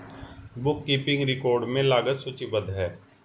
book keeping record में लागत सूचीबद्ध है